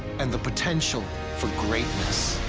and the potential for greatness.